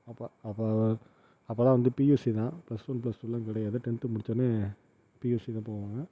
அப்போ அப்போ அப்போதான் வந்து பியூசி தான் ப்ளஸ் ஒன் ப்ளஸ்டூலாம் கிடையாது டென்த்து முடிச்சோன்னே பியூசி தான் போவாங்க